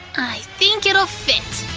i think it'll fit!